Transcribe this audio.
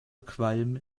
qualm